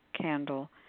candle